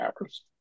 hours